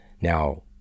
Now